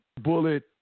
bullet